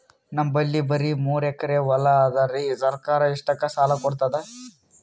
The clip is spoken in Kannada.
ನಮ್ ಬಲ್ಲಿ ಬರಿ ಮೂರೆಕರಿ ಹೊಲಾ ಅದರಿ, ಸರ್ಕಾರ ಇಷ್ಟಕ್ಕ ಸಾಲಾ ಕೊಡತದಾ?